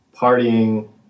partying